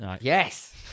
Yes